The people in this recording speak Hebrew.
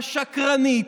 השקרנית,